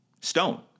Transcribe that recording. Stone